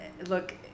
look